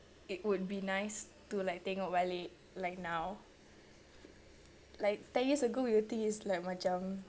it would be nice to like tengok balik like now like ten years ago we will think it's like macam